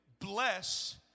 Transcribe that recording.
bless